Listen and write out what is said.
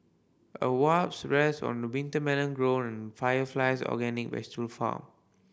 a wasp rests on a winter melon grown on Fire Flies organic vegetable farm